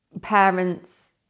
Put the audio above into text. parents